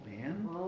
man